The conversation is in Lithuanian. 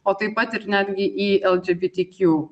o taip pat ir netgi į lgbtq